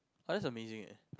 !wah! that's amazing leh